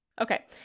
Okay